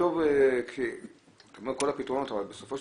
אתה אומר שכל הפתרונות אבל בסופו של